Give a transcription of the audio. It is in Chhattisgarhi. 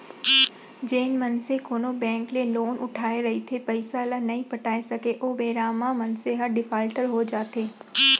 जेन मनसे कोनो बेंक ले लोन उठाय रहिथे पइसा ल नइ पटा सकय ओ बेरा म मनसे ह डिफाल्टर हो जाथे